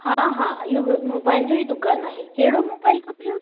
हा हा इहो बि मोबाइल जो ई दुकान आहे कहिड़ो मोबाइल खपेव